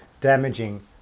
damaging